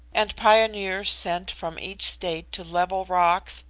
and pioneers sent from each state to level rocks,